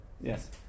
Yes